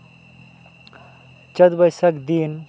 ᱪᱟᱹᱛ ᱵᱟᱹᱭᱥᱟᱹᱠᱷ ᱫᱤᱱ